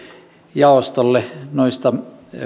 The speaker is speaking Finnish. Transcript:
jaostolle noista